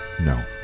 No